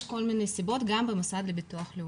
יש כל מיני סיבות גם במשרד לביטוח לאומי.